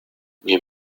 wir